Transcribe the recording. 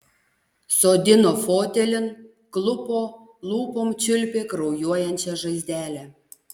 sodino fotelin klupo lūpom čiulpė kraujuojančią žaizdelę